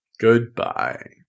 Goodbye